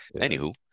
anywho